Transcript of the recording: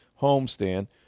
homestand